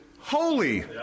Holy